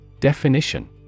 Definition